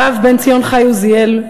הרב בן-ציון חי עוזיאל,